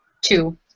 two